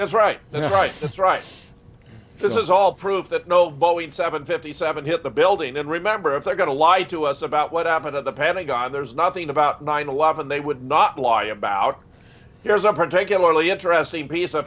that's right right that's this is all prove that no boeing seven fifty seven hit the building and remember if they're going to lie to us about what happened at the pentagon there's nothing about nine eleven they would not lie about there's a particularly interesting piece of